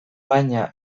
baina